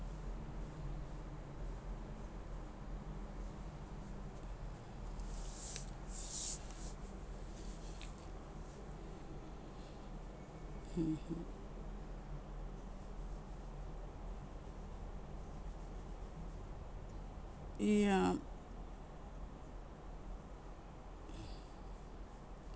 mmhmm yeah